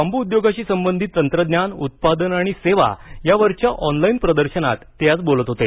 बांबू उद्योगाशी संबंधित तंत्रज्ञान उत्पादन आणि सेवा यावरच्या ऑनलाइन प्रदर्शनात ते आज बोलत होते